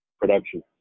production